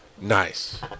Nice